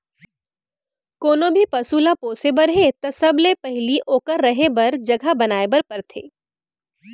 कोनों भी पसु ल पोसे बर हे त सबले पहिली ओकर रहें बर जघा बनाए बर परथे